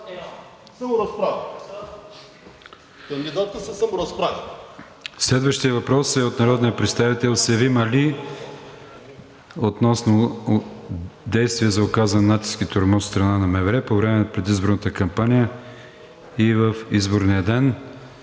Следващият въпрос е от народния представител Севим Али относно действия за оказан натиск и тормоз от страна на МВР по време на предизборната кампания и в изборния ден.